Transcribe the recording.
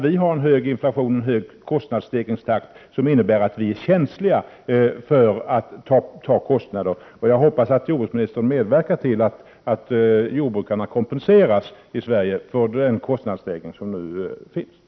Vi har en hög inflation och en hög kostnadsstegringstakt, som innebär att vi är känsliga för ytterligare kostnader. Jag hoppas att jordbruksministern kommer att medverka till att jordbrukarna i Sverige kompenseras för den ytterligare kostnadsstegringen.